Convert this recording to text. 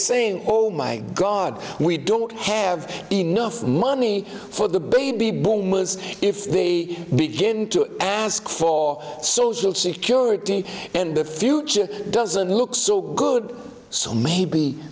saying oh my god we don't have enough money for the baby boomers if they begin to ask for social security and the future doesn't look so good so maybe